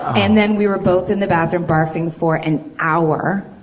and then we were both in the bathroom barfing for an hour.